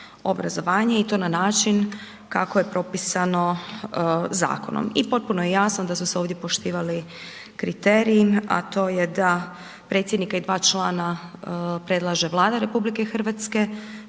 i to na način kako je propisano zakonom. I potpuno je jasno da su se ovdje poštivali kriteriji a to je da predsjednika i dva člana predlaže Vlada RH,